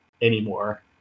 anymore